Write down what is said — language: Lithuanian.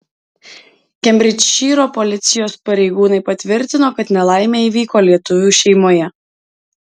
kembridžšyro policijos pareigūnai patvirtino kad nelaimė įvyko lietuvių šeimoje